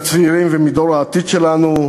מהצעירים ומדור העתיד שלנו.